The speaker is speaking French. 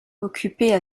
occupaient